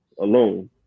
alone